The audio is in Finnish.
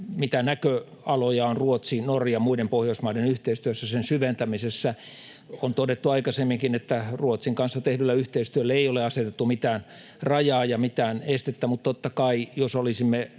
mitä näköaloja on Ruotsin, Norjan, muiden Pohjoismaiden yhteistyössä, sen syventämisessä. On todettu aikaisemminkin, että Ruotsin kanssa tehdylle yhteistyölle ei ole asetettu mitään rajaa ja mitään estettä, mutta totta kai jos meillä